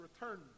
return